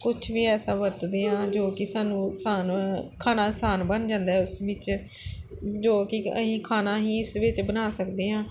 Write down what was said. ਕੁਛ ਵੀ ਐਸਾ ਵਰਤਦੇ ਹਾਂ ਜੋ ਕਿ ਸਾਨੂੰ ਆਸਾਨ ਖਾਣਾ ਆਸਾਨ ਬਣ ਜਾਂਦਾ ਉਸ ਵਿੱਚ ਜੋ ਕਿ ਅਸੀਂ ਖਾਣਾ ਅਸੀਂ ਉਸ ਵਿੱਚ ਬਣਾ ਸਕਦੇ ਹਾਂ